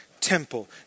temple